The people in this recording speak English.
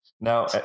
Now